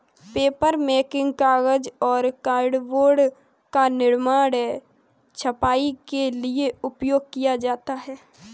papermaking कागज और cardboard का निर्माण है छपाई के लिए उपयोग किया जाता है